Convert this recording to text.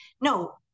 No